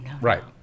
Right